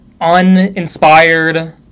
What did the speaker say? uninspired